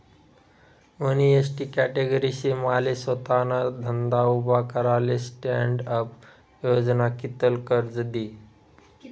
मनी ST category शे माले सोताना धंदा उभा कराले स्टॅण्डअप योजना कित्ल कर्ज दी?